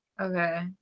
Okay